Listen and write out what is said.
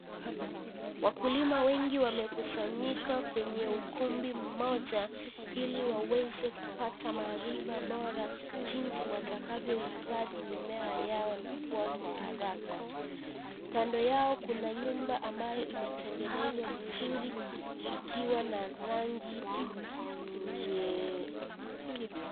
Wakulima wengi wamekusanyika kwenye ukumbi moja Ili waweze kupata maarifa bora jinsi watakavyohifadhi mimea yao na kua kwa haraka. Kando Yao kuna nyumba imetengenezwa vizuri ikiwa na rangi nyeupe.